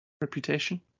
reputation